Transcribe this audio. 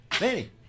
Manny